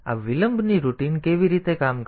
હવે આ વિલંબની રૂટિન કેવી રીતે કામ કરે છે